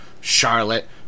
Charlotte